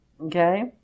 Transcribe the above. Okay